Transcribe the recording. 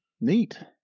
neat